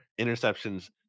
interceptions